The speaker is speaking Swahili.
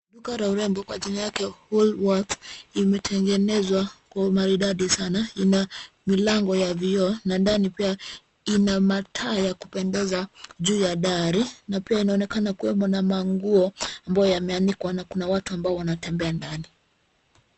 Duka ya urembo kwa majina Woolworths imetengenezwa kwa umaridadi sana. Ina milango vya vioo na ndani pia ina mataa ya kupendeza juu ya dari na pia inaonekana kuna manguo ambao yameanikwa na kuna watu ambao wanatembea ndani.